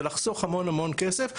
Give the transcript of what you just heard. ולחסוך המון-המון כסף.